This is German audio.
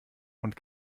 und